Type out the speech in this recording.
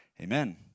Amen